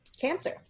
Cancer